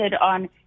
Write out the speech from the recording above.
on